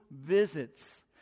visits